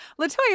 Latoya